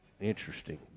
Interesting